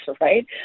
right